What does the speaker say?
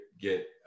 get